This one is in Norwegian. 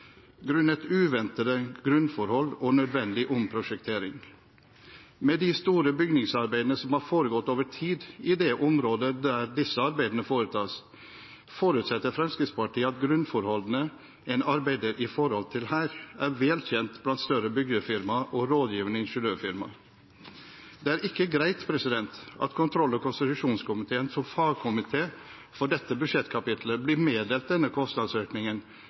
grunnet uventede grunnforhold og nødvendig omprosjektering. Med de store bygningsarbeidene som har foregått over tid i det området der disse arbeidene foretas, forutsetter Fremskrittspartiet at grunnforholdene en arbeider med her, er vel kjent blant større byggefirma og rådgivende ingeniørfirma. Det er ikke greit at kontroll- og konstitusjonskomiteen som fagkomité for dette budsjettkapitlet blir meddelt denne